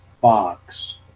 box